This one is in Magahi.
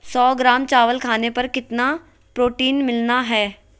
सौ ग्राम चावल खाने पर कितना प्रोटीन मिलना हैय?